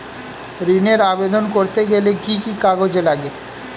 ঋণের আবেদন করতে গেলে কি কি কাগজ লাগে?